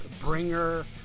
Bringer